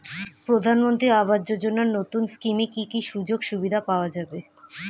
প্রধানমন্ত্রী আবাস যোজনা নতুন স্কিমে কি কি সুযোগ সুবিধা পাওয়া যাবে?